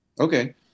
Okay